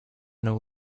know